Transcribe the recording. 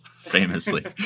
famously